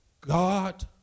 God